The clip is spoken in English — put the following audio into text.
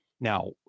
Now